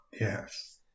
Yes